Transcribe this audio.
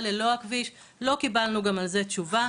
ללא הכביש ולא קיבלנו גם על זה תשובה